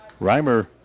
Reimer